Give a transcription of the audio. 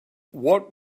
what